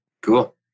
Cool